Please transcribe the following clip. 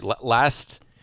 Last